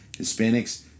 Hispanics